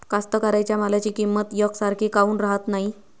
कास्तकाराइच्या मालाची किंमत यकसारखी काऊन राहत नाई?